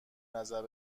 نظر